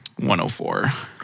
104